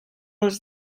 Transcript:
els